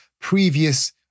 previous